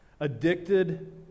Addicted